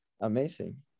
amazing